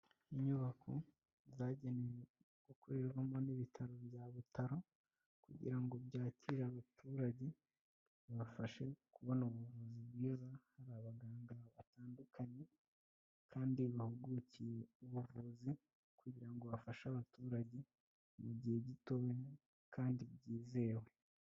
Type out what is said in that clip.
Inyubako zagenewe gukorerwamo n'ibitaro bya Butaro kugira ngo byakire abaturage babafashe kubona ubuvuzi bwiza, hari abaganga batandukanye kandi bahugukiye ubuvuzi kugira ngo bafashe abaturage mu gihe gitoya kandi byizewe.